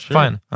fine